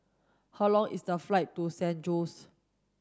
how long is the flight to San Jose